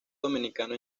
dominicano